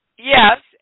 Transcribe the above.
Yes